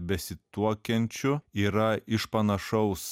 besituokiančių yra iš panašaus